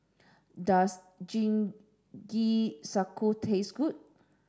does Jingisukan taste good